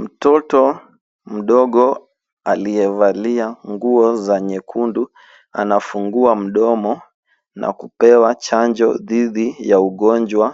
Mtoto mdogo aliyevalia nguo za nyekundu, anafungua mdomo na kupewa chanjo dhidi ,ya ugonjwa